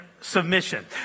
submission